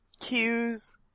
cues